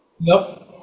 Nope